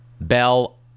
Bell